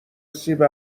سیب